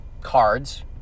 cards